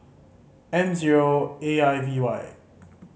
M zero A I V Y